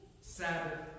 sabbath